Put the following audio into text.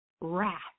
wrath